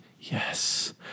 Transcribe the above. yes